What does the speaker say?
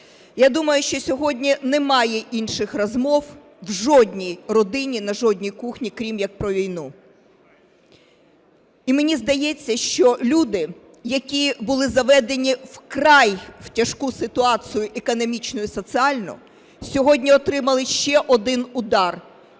Я думаю, що сьогодні немає інших розмов в жодній родині, на жодній кухні, крім як про війну. І мені здається, що люди, які були заведені у вкрай тяжку ситуацію економічну і соціальну, сьогодні отримали ще один удар: